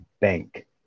bank